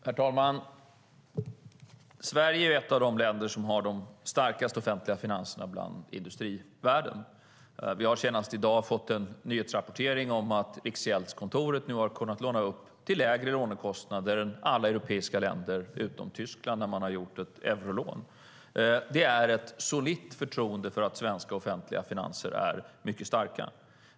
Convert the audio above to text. Herr talman! Sverige är ett av de länder som har de starkaste offentliga finanserna i industrivärlden. Vi har senast i dag fått en nyhetsrapportering om att Riksgäldskontoret har lånat euro till lägre lånekostnader än alla europeiska länder utom Tyskland. Det är ett solitt förtroende för att svenska offentliga finanser är mycket starka.